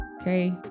Okay